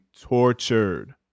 tortured